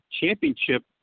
championship